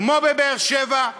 כמו בבאר-שבע,